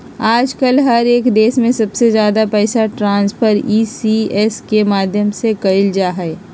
आजकल हर एक देश में सबसे ज्यादा पैसा ट्रान्स्फर ई.सी.एस के माध्यम से कइल जाहई